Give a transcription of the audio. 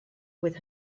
with